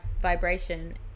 vibration